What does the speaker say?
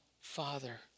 Father